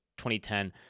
2010